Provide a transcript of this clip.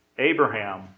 Abraham